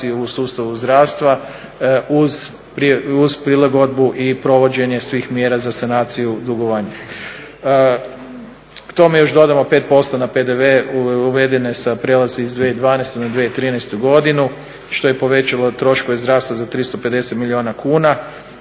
u sustavu zdravstva uz prilagodbu i provođenje svih mjera za sanaciju dugovanja. K tome još dodamo 5% na PDV uvedene sa prijelaza iz 2012. na 2013. godinu što je povećalo troškove zdravstva za 350 milijuna kuna